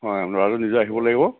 হয় ল'ৰাজন নিজে আহিব লাগিব